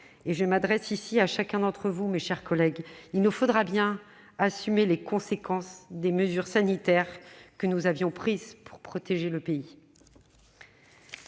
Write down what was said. je m'adresse à chacun d'entre vous, mes chers collègues -assumer les conséquences des mesures sanitaires que nous avons prises pour protéger le pays.